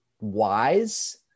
wise